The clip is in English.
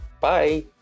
Bye